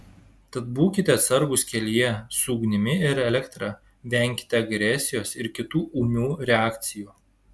tad būkite atsargūs kelyje su ugnimi ir elektra venkite agresijos ir kitų ūmių reakcijų